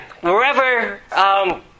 wherever